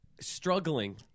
struggling